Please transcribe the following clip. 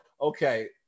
okay